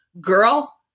Girl